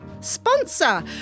sponsor